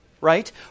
right